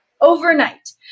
overnight